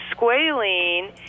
squalene